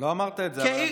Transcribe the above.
לא אמרת את זה עד עכשיו.